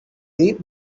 deep